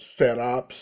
setups